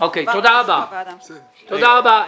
תודה רבה.